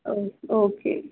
ओ okay